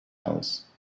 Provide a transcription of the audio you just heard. else